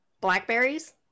blackberries